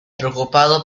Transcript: preocupado